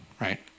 right